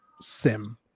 sim